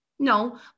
No